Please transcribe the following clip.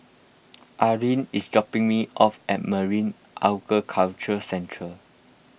Arleen is dropping me off at Marine Aquaculture Centre